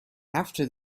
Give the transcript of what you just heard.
after